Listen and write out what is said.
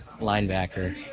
linebacker